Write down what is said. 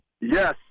Yes